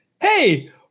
hey